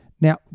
Now